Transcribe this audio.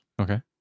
Okay